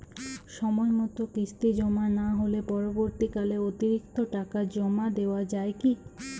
সময় মতো কিস্তি জমা না হলে পরবর্তীকালে অতিরিক্ত টাকা জমা দেওয়া য়ায় কি?